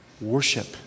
worship